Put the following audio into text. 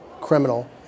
criminal